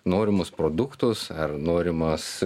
norimus produktus ar norimas